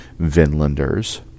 Vinlanders